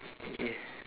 ya